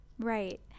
Right